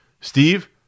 Steve